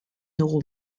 dugu